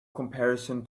comparison